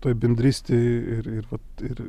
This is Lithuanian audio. toj bendrystėj ir ir vat ir